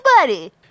buddy